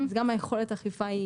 אז גם יכולת האכיפה,